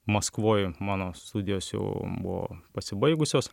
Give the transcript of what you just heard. maskvoj mano studijos jau buvo pasibaigusios